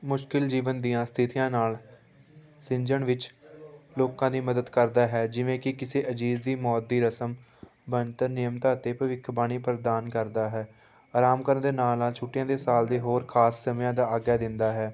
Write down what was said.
ਮੁਸ਼ਕਿਲ ਜੀਵਨ ਦੀਆਂ ਸਥਿਤੀਆਂ ਨਾਲ ਸਿੰਜਣ ਵਿੱਚ ਲੋਕਾਂ ਦੀ ਮਦਦ ਕਰਦਾ ਹੈ ਜਿਵੇਂ ਕੀ ਕਿਸੇ ਅਜੀਜ ਦੀ ਮੌਤ ਦੀ ਰਸਮ ਬਣਤਰ ਨਿਯਮਤਾ ਅਤੇ ਭਵਿੱਖਬਾਣੀ ਪ੍ਰਦਾਨ ਕਰਦਾ ਹੈ ਆਰਾਮ ਕਰਨ ਦੇ ਨਾਲ ਨਾਲ ਛੁੱਟੀਆਂ ਦੇ ਸਾਲ ਦੇ ਹੋਰ ਖਾਸ ਸਮਿਆਂ ਦਾ ਆਗਿਆ ਦਿੰਦਾ ਹੈ